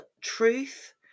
truth